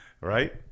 Right